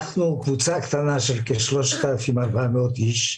אנחנו קבוצה קטנה של כ-3,400 איש,